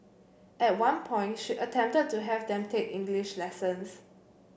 at one point she attempted to have them take English lessons